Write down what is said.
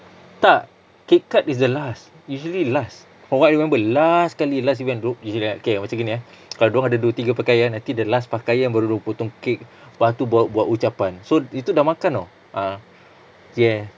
tak cake cut is the last usually last from what I remember last sekali last event do~ macam gini eh okay macam gini eh kalau dorang ada dua tiga pakaian nanti the last pakaian baru dorang potong kek lepas tu baru buat ucapan so itu dah makan [tau] ah ya